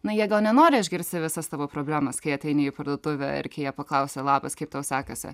na jeigu nenori išgirsti visas tavo problemas kai ateini į parduotuvę ir kai jie paklausia labas kaip tau sekasi